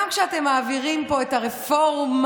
גם כשאתם מעבירים פה את הרפורמה,